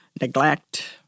neglect